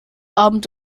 abend